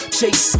chase